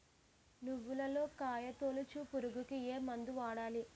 నువ్వులలో కాయ తోలుచు పురుగుకి ఏ మందు వాడాలి?